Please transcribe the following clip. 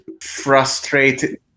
frustrated